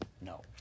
No